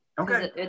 okay